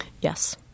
Yes